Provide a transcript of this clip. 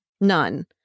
None